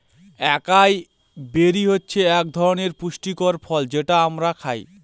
একাই বেরি হচ্ছে এক ধরনের পুষ্টিকর ফল যেটা আমরা খায়